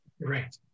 right